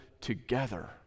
together